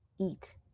eat